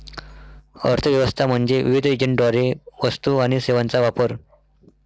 अर्थ व्यवस्था म्हणजे विविध एजंटद्वारे वस्तू आणि सेवांचा वापर